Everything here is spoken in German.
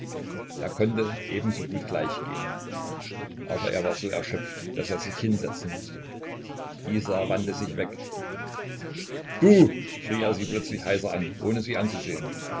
er konnte ebenso gut gleich gehen aber er war so erschöpft daß er sich hinsetzen mußte isa wandte sich weg du schrie er sie plötzlich heiser an ohne sie anzusehen